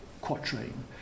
quatrain